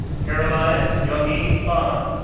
caroline younghee hahn,